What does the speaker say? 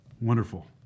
Wonderful